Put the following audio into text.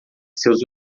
seus